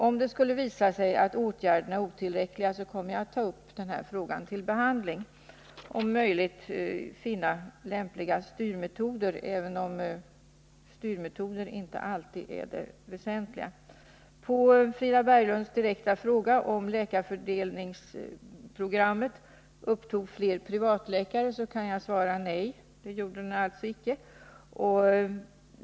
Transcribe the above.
Om det skulle visa sig att åtgärderna är otillräckliga, kommer jag att ta upp frågan till behandling för att om möjligt finna lämpliga styrmetoder, även om styrmetoder inte alltid är det väsentliga. På Frida Berglunds direkta fråga, om läkarfördelningsprogrammet upptog fler privatläkare, kan jag svara nej, det gör det icke.